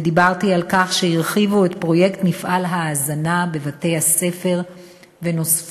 ודיברתי על כך שהרחיבו את פרויקט מפעל ההזנה בבתי-הספר ונוספו